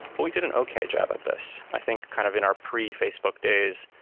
but we did and okay job at this. i think kind of in our pre-facebook days,